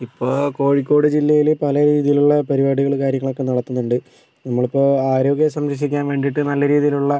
ഇപ്പോൾ കോഴിക്കോട് ജില്ലയില് പല രീതിയിലുള്ള പരിപാടികളും കാര്യങ്ങളൊക്കെ നടത്തുന്നുണ്ട് നമ്മളിപ്പോൾ ആരോഗ്യം സംരക്ഷിക്കാൻ വേണ്ടിയിട്ട് നല്ല രീതിയിലുള്ള